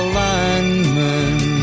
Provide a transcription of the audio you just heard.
lineman